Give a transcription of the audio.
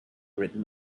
written